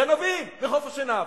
גנבים מחוף-השנהב.